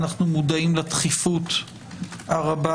אנחנו מודעים לדחיפות הרבה